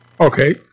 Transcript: Okay